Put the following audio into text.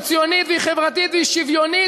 היא ציונית והיא חברתית והיא שוויונית.